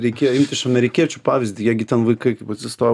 reikėjo imti iš amerikiečių pavyzdį jie gi ten vaikai kaip atsistoja